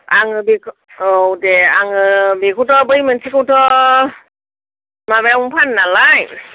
आं बेखौ औ दे आङो बेखौथ' बै मोनसेखौथ' माबायावनो फानो नालाय